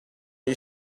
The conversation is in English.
you